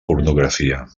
pornografia